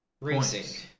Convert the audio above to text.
racing